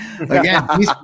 again